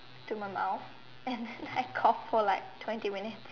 to my mouth and then I cough for like twenty minutes